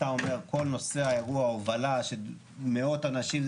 אתה אומר כל נושא אירוע ההובלה של מאות אנשים,